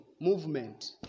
movement